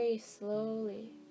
slowly